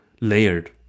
layered